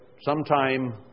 sometime